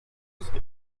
used